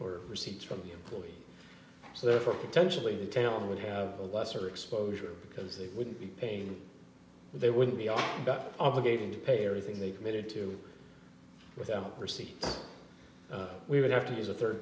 or receipts from the employee so therefore potentially the tail would have a lesser exposure because they wouldn't be pain they wouldn't be are obligated to pay everything they committed to without a receipt we would have to use a third